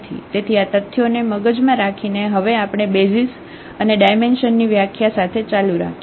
તેથી આ તથ્યોને મગજમાં રાખીને હવે આપણે બેઝિસ અને ડાયમેન્શન ની વ્યાખ્યા સાથે ચાલુ રાખીએ